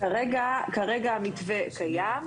כרגע המתווה קיים,